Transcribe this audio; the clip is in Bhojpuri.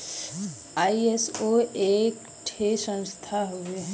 आई.एस.ओ एक ठे संस्था हउवे